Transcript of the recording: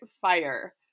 fire